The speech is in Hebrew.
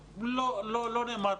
לא, לא נאמר.